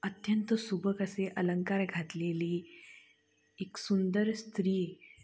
अत्यंत सुबक असे अलंकार घातलेली एक सुंदर स्त्री